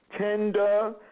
tender